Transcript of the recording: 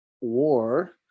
War